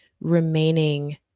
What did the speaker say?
remaining